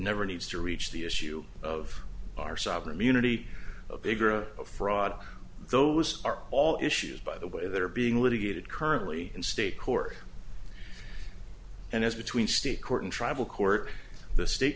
never needs to reach the issue of our sovereign immunity a bigger fraud those are all issues by the way that are being litigated currently in state court and as between state court and tribal court the state